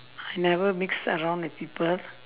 I never mix around with people